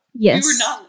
Yes